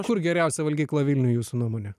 kur geriausia valgykla vilniuj jūsų nuomone